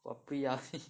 !wah! 不要你